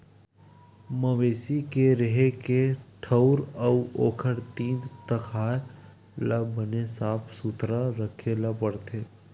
मवेशी के रेहे के ठउर अउ ओखर तीर तखार ल बने साफ सुथरा राखे ल परथे